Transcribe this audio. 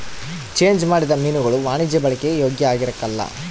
change ಮಾಡಿದ ಮೀನುಗುಳು ವಾಣಿಜ್ಯ ಬಳಿಕೆಗೆ ಯೋಗ್ಯ ಆಗಿರಕಲ್ಲ